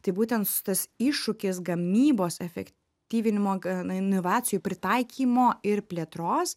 tai būtent su tas iššūkis gamybos efektyvinimo gan inovacijų pritaikymo ir plėtros